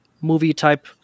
movie-type